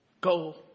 go